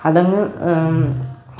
അതങ്ങ്